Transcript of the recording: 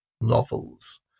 novels